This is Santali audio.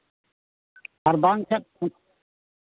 ᱟᱨ ᱵᱟᱝᱠᱷᱟᱡ